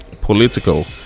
political